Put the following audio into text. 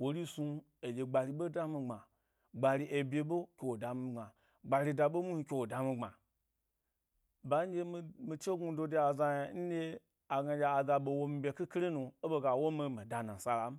Wori snu aɗye gbari ɓe dami gbma gbmi ebye ɓe ko wo dami gbma, gbari da ɓe muhni ke wo dami gbma, ba nɗyse mi mi chegnudo de aza yna nɗye aɓe gna aga womi ɓye қhikhiri nu e ɓe ga woni mi da nansala m,